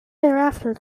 thereafter